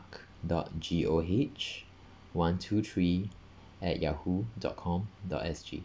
dot G O H one two three at yahoo dot com dot S G